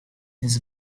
his